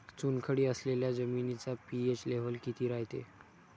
चुनखडी असलेल्या जमिनीचा पी.एच लेव्हल किती रायते?